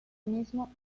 mismo